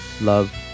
love